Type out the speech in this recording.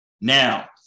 Now